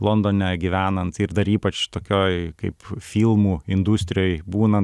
londone gyvenant ir dar ypač tokioj kaip filmų industrijoj būnant